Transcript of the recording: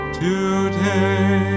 today